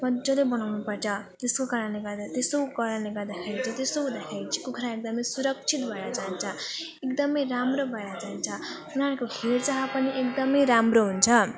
मजाले बनाउनु पर्छ त्यसको कारणले गर्दा त्यस कारणले गर्दाखेरि चाहिँ त्यसो हुँदाखेरि चाहिँ कुखुरा एकदम सुरक्षित भएर जान्छ एकदम राम्रो भएर जान्छ उनीहरूको हेरचाह पनि एकदम राम्रो हुन्छ